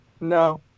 no